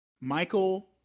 Michael